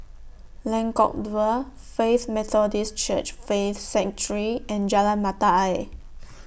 Lengkok Dua Faith Methodist Church Faith Sanctuary and Jalan Mata Ayer